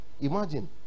Imagine